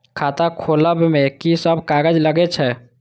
खाता खोलब में की सब कागज लगे छै?